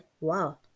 wow